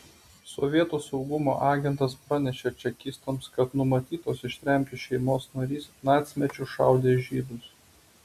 sovietų saugumo agentas pranešė čekistams kad numatytos ištremti šeimos narys nacmečiu šaudė žydus